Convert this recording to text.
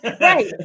Right